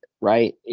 right